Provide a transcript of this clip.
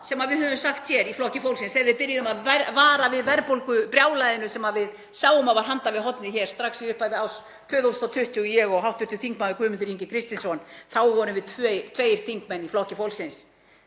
sem við höfum sagt hér í Flokki fólksins þegar við byrjuðum að vara við verðbólgubrjálæðinu sem við sáum að var handan við hornið hér strax í upphafi árs 2020, ég og hv. þm. Guðmundur Ingi Kristinsson, þá vorum við tveir þingmenn í Flokki fólksins.